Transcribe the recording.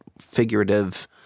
figurative